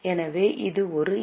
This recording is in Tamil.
எனவே இது ஒரு என்